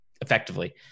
effectively